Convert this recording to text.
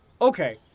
Okay